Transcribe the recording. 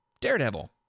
Daredevil